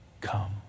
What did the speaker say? Come